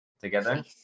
together